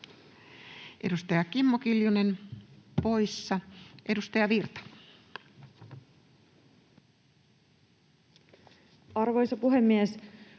Edustaja Kimmo Kiljunen, poissa. — Edustaja Virta. [Speech